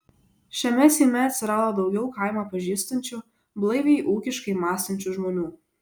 šiame seime atsirado daugiau kaimą pažįstančių blaiviai ūkiškai mąstančių žmonių